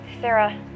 Sarah